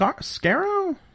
Scarrow